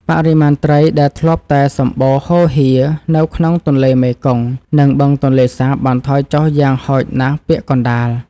បរិមាណត្រីដែលធ្លាប់តែសម្បូរហូរហៀរនៅក្នុងទន្លេមេគង្គ និង បឹងទន្លេសាបបានថយចុះយ៉ាងហោចណាស់ពាក់កណ្តាល។